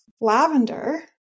lavender